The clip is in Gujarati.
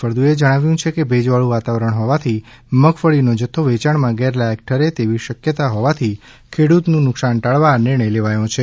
ફળદુએ જણાવ્યુ છે કે ભેજવાળુ વાતાવરણ હોવાથી મગફળીનો જથ્થો વેચાણમાં ગેરલાયક ઠરે તેવી શક્યતા હોવાથી ખેડૂતનું નુકસાન ટાળવા આ નિર્ણય લેવાયો છે